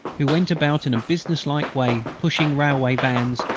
who went about in a business-like way, pushing railway vans,